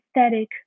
aesthetic